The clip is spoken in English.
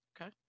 okay